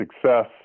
success